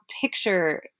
picture